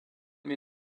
mir